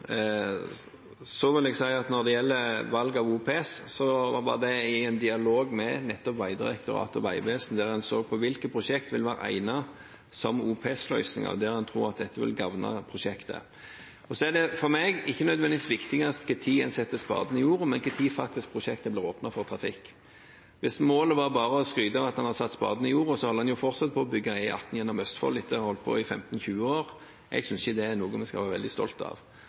Når det gjelder valget av OPS, skjedde det i en dialog med nettopp Vegdirektoratet og Vegvesenet, der en så på hvilke prosjekter som vil egne seg som OPS-løsninger, og der en tror at dette vil gagne prosjektet. For meg er det ikke nødvendigvis viktigst når en setter spaden i jorden, men når prosjektet faktisk blir åpnet for trafikk. Hvis målet bare var å kunne skryte av at en har satt spaden i jorden, holder en jo fortsatt på med å bygge E18 gjennom Østfold, etter å ha holdt på i 15–20 år. Jeg synes ikke det er noe en skal være veldig stolt av.